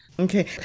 Okay